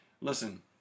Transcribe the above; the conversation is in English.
listen